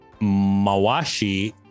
Mawashi